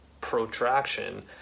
protraction